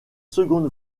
seconde